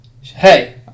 Hey